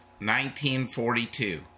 1942